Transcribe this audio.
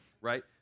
right